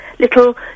Little